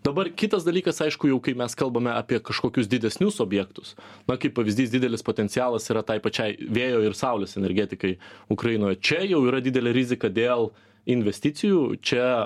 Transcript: dabar kitas dalykas aišku jau kai mes kalbame apie kažkokius didesnius objektus na kaip pavyzdys didelis potencialas yra tai pačiai vėjo ir saulės energetikai ukrainoje čia jau yra didelė rizika dėl investicijų čia